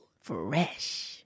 Fresh